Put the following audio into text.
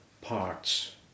parts